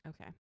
Okay